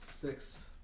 Six